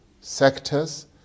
sectors